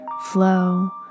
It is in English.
flow